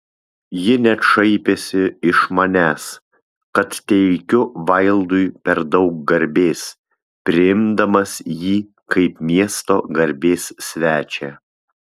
ji net šaipėsi iš manęs kad teikiu vaildui per daug garbės priimdamas jį kaip miesto garbės svečią